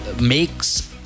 makes